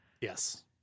Yes